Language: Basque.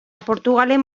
portugalen